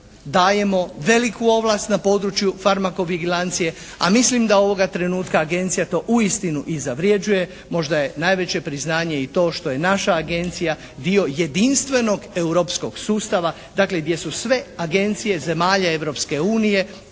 dajemo veliku ovlast na području farmakovigilancije, a mislim da ovoga trenutka Agencija to uistinu zavređuje. Možda je najveće priznanje i to što je naša Agencija dio jedinstvenog europskog sustava, dakle gdje su sve agencije zemalja